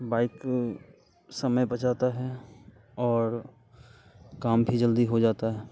bike समय बचाता है और काम भी जल्दी हो जाता है